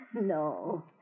No